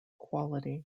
quality